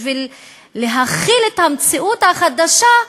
בשביל להכיל את המציאות החדשה,